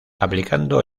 aplicando